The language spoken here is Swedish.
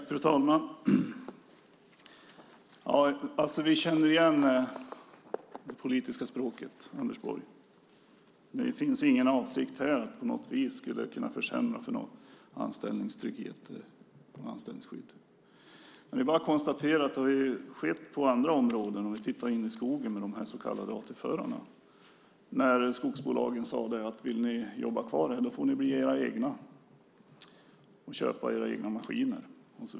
Fru talman! Vi känner igen det politiska språket, Anders Borg: Det finns ingen avsikt här att på något vis försämra anställningstryggheten eller anställningsskyddet. Men det är bara att konstatera att det har skett på andra områden. Låt oss titta in i skogen och de så kallade AT-förarna. Skogsbolagen sade att om de ville jobba kvar fick de bli sina egna och köpa sina egna maskiner.